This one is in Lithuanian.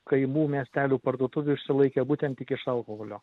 kaimų miestelių parduotuvių išsilaikė būtent tik iš alkoholio